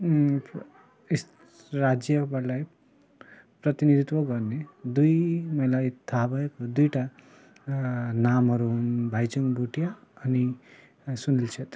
यस राज्यकोलाई प्रतिनिधित्व गर्ने दुई मलाई थाहा भएको दुइटा नामहरू हुन् भाइचुङ भुटिया अनि सुनिल क्षेत्री